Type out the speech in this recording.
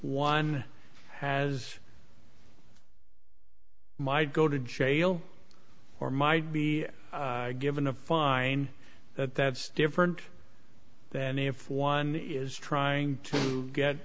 one has might go to jail or might be given a fine that's different than if one is trying to get